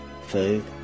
food